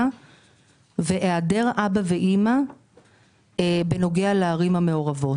והיעדר אבא ואימא בנוגע לערים המעורבות.